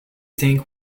think